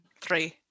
three